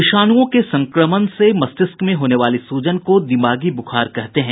विषाणुओं के संक्रमण से मस्तिष्क में होने वाली सूजन को दिमागी बुखार कहते है